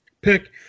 pick